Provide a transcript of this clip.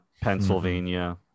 Pennsylvania